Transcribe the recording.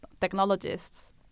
technologists